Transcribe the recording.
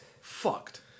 fucked